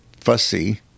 fussy